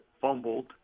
fumbled